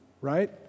Right